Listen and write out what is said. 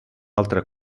altra